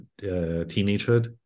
teenagehood